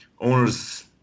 owners